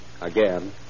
Again